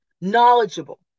knowledgeable